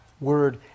word